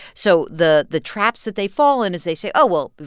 so the the traps that they fall in is they say, oh. well,